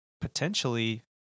potentially